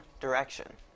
direction